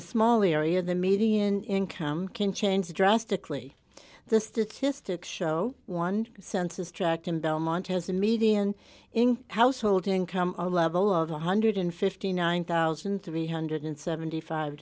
a small area the median income can change drastically the statistics show one census tracked him down montana's the median income household income level of one hundred and fifty nine thousand three hundred and seventy five